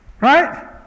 right